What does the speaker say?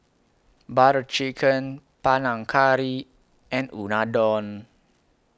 Butter Chicken Panang Curry and Unadon